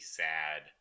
sad